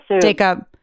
Jacob